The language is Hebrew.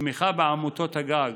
התמיכה בעמותות הגג